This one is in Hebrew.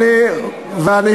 נכון, ואפשר לשים מקדמה.